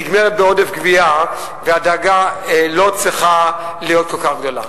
נגמרת בעודף גבייה והדאגה לא צריכה להיות כל כך גדולה.